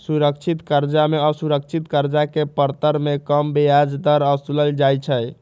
सुरक्षित करजा में असुरक्षित करजा के परतर में कम ब्याज दर असुलल जाइ छइ